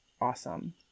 awesome